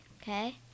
Okay